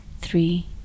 three